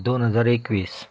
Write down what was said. दोन हजार एकवीस